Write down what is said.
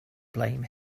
blame